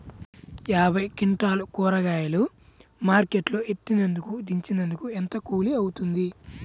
యాభై క్వింటాలు కూరగాయలు మార్కెట్ లో ఎత్తినందుకు, దించినందుకు ఏంత కూలి అవుతుంది?